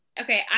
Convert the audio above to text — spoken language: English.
Okay